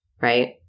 right